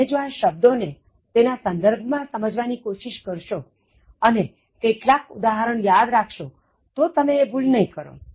તમે જો આ શબ્દો ને તેના સંદર્ભમાં સમજવાની કોશિશ કરશો અને કેટલાક ઉદાહરણો યાદ રાખશો તો તમે એ ભૂલ નહીં કરો